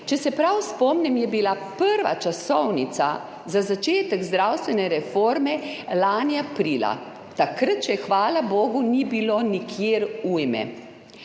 Če se prav spomnim, je bila prva časovnica za začetek zdravstvene reforme lani aprila. Takrat še, hvala bogu, ni bilo nikjer ujme.